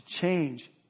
change